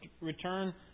return